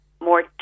more